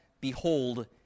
behold